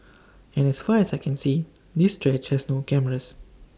and as far as I can see this stretch has no cameras